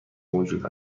موجود